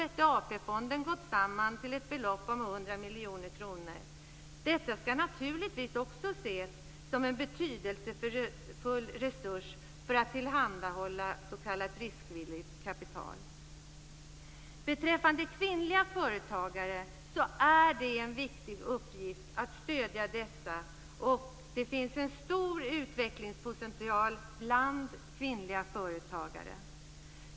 Detta skall naturligtvis också ses som en betydelsefull resurs för att tillhandahålla s.k. riskvilligt kapital. Beträffande kvinnliga företagare så är det en viktig uppgift att stödja dessa. Det finns en stor utvecklingspotential bland kvinnliga företagare.